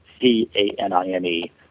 C-A-N-I-N-E